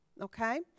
okay